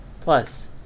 plus